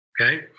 Okay